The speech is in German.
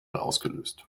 ausgelöst